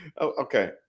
okay